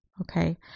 Okay